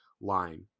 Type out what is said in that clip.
line